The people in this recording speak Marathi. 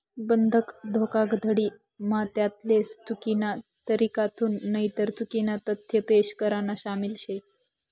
बंधक धोखाधडी म्हा तथ्यासले चुकीना तरीकाथून नईतर चुकीना तथ्य पेश करान शामिल शे